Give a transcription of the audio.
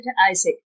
Isaac